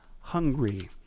hungry